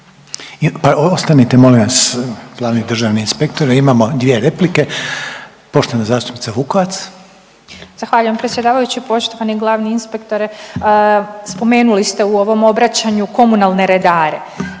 ostanite molim vas, glavni državni inspektore, imamo 2 replike. Poštovana zastupnica Vukovac. **Vukovac, Ružica (Nezavisni)** Zahvaljujem predsjedavajući. Poštovani glavni inspektore, spomenuli ste u ovom obraćanju komunalne redare,